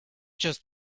just